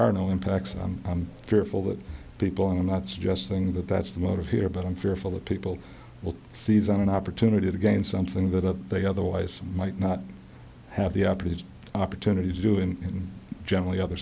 are no impacts and i'm fearful that people and i'm not suggesting that that's the motive here but i'm fearful that people will seize on an opportunity to gain something that they otherwise might not have the previous opportunity to do and generally other